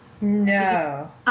No